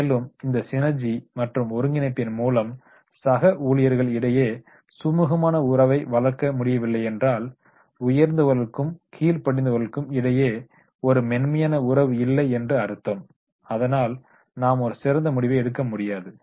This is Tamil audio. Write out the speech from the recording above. மேலும் இந்த சினெர்ஜி மற்றும் ஒருங்கிணைப்பின் மூலம் சக ஊழியர்கள் இடையே சுமுகமான உறவை வளர்க்க முடியவில்லை என்றால் உயர்ந்தவர்களுக்கும் கீழ்ப்படிந்தவர்களுக்கும் இடையே ஒரு மென்மையான உறவு இல்லை என்று அர்த்தம் அதனால் நாம் ஒரு சிறந்த முடிவை எடுக்க முடியாது